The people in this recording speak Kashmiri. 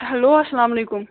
ہیٚلو اسلام علیکُم